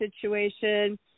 situation